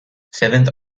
seventh